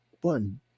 one